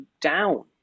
down